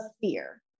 fear